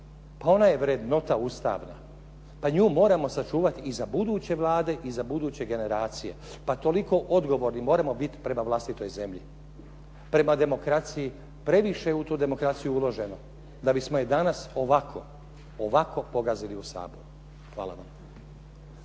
Pa ona je vrednota ustavna, pa nju moramo sačuvati i za buduće Vlade i za buduće generacije. Pa toliko odgovorni moramo biti prema vlastitoj zemlji, prema demokraciji. Previše je u tu demokraciju uloženo da bismo je danas ovako, ovako pogazili u Saboru. Hvala vam.